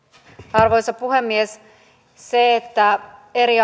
arvoisa puhemies se että eri